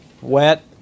wet